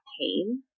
pain